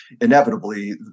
inevitably